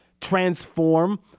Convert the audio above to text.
transform